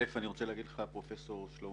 ראשית, אני רוצה לומר לך פרופסור שלמה